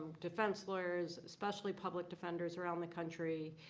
defense lawyers especially public defenders around the country,